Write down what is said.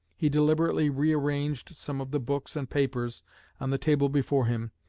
he deliberately re-arranged some of the books and papers on the table before him,